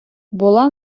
була